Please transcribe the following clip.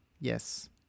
Yes